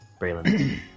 Braylon